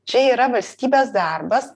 čia yra valstybės darbas